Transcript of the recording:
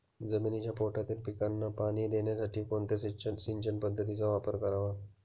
जमिनीच्या पोटातील पिकांना पाणी देण्यासाठी कोणत्या सिंचन पद्धतीचा वापर करावा?